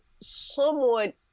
somewhat